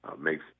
makes